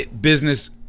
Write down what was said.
business